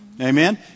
Amen